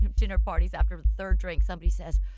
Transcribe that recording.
dinner parties, after the third drink somebody says.